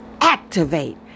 activate